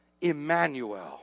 Emmanuel